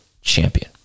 champion